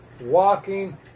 walking